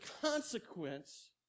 consequence